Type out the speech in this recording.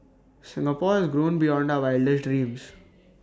Singapore has grown beyond our wildest dreams